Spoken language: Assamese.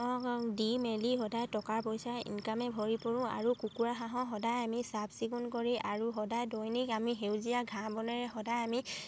দি মেলি সদায় টকাৰ পইচা ইনকামে ভৰি পৰোঁ আৰু কুকুৰা হাঁহ সদায় আমি চাফ চিকুণ কৰি আৰু সদায় দৈনিক আমি সেউজীয়া ঘাঁহ বনেৰে সদায় আমি